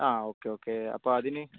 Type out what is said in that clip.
ആ okay okay അപ്പോൾ അതിന്